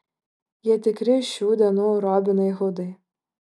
jie tikri šių dienų robinai hudai